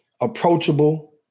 Approachable